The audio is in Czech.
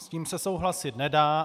S tím se souhlasit nedá.